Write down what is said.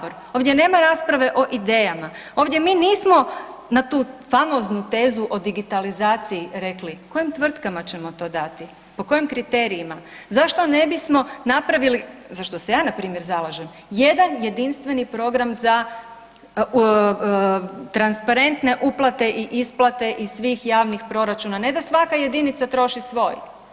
Ovdje nema rasprave o idejama, ovdje mi nismo na tu famoznu tezu o digitalizaciji rekli kojim tvrtkama ćemo to dati, po kojim kriterijima, zašto ne bismo napravili, za što se ja na primjer zalažem, jedan jedinstveni program za transparentne uplate i isplate iz svih javnih proračuna, ne da svaka jedinica troši svoj.